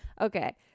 Okay